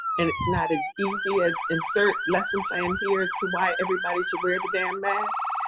and it's not as easy as insert lesson plan here as to why everybody should wear the damn mask.